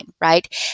right